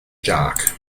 jock